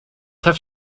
have